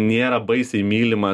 nėra baisiai mylimas